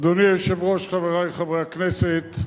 אדוני היושב-ראש, חברי חברי הכנסת,